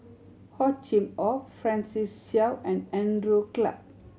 Hor Chim Or Francis Seow and Andrew Clarke